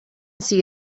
see